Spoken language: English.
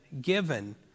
given